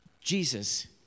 Jesus